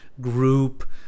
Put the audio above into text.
group